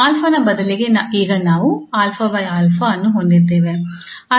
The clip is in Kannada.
𝑎 ನ ಬದಲಿಗೆ ಈಗ ನಾವು ಅನ್ನು ಹೊಂದಿದ್ದೇವೆ